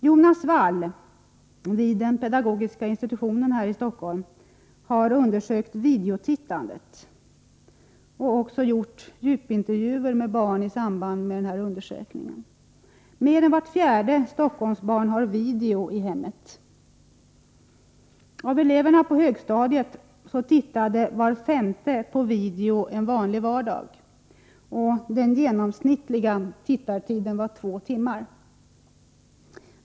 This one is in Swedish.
Jonas Wall vid pedagogiska institutionen vid Stockholms universitet har undersökt videotittandet och också gjort djupintervjuer med barn i samband med denna undersökning. Mer än vart fjärde Stockholmsbarn har video i hemmet. Av eleverna på högstadiet tittade var femte på video en vanlig vardag, och den genomsnittliga tittartiden var två timmar.